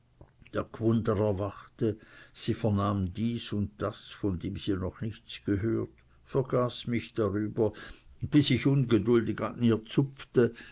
g'wunder erwachte sie vernahm dies und das von dem sie noch nichts gehört vergaß mich darüber bis ich ungeduldig an ihr zupfte